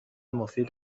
مفید